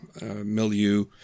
milieu